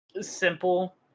simple